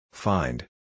Find